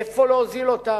איפה להוזיל אותן?